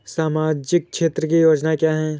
सामाजिक क्षेत्र की योजनाएँ क्या हैं?